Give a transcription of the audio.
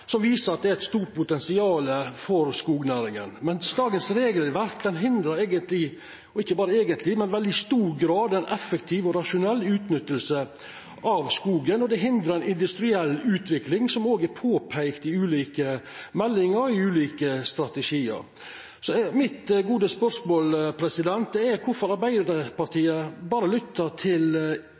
som viser at det er eit stort potensial for skognæringa. Dagens regelverk hindrar eigentleg – ikkje berre eigentleg, men i veldig stor grad – ei effektiv og rasjonell utnytting av skogen, og det hindrar ei industriell utvikling, som òg er påpeikt i ulike meldingar og i ulike strategiar. Mitt spørsmål er kvifor Arbeidarpartiet berre lyttar til